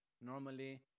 normally